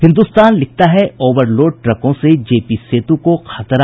हिन्दुस्तान लिखता है overload ट्रकों से जे पी सेतु को खतरा